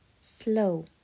Slow